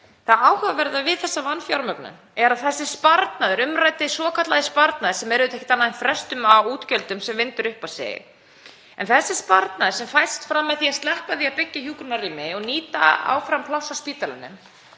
það áhugaverða við þessa vanfjármögnun er að sparnaðurinn, hinn umræddi og svokallaði sparnaður, er auðvitað ekkert annað en frestun á útgjöldum sem vindur upp á sig. Þessi sparnaður sem fæst fram með því að sleppa því að byggja hjúkrunarrými og nýta áfram pláss á spítalanum